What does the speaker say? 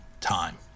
time